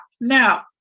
now